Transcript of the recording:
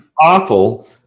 awful